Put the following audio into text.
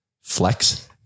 Flex